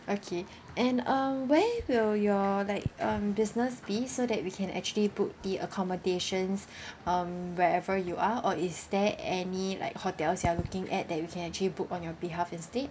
okay and um where will your like um business be so that we can actually put the accommodations um wherever you are or is there any like hotels you are looking at that we can actually book on your behalf instead